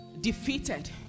defeated